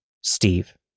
Steve